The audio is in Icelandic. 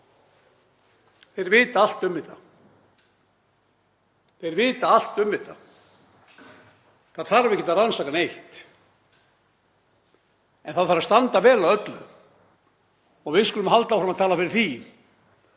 Þeir vita allt um þetta og það þarf ekkert að rannsaka neitt, en það þarf að standa vel að öllu og við skulum halda áfram að tala fyrir því